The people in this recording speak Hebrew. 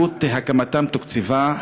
עלות הקמתם תוקצבה.